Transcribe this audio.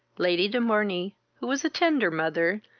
lady de morney, who was a tender mother,